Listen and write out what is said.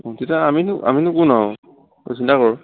তেতিয়া আমিনো আমিনো কোন আৰু তই চিন্তা কৰ